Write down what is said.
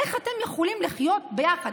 איך אתם יכולים לחיות ביחד?